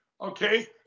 Okay